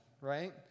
right